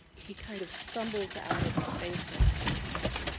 he kind of stumbles out of the basement and says,